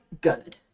good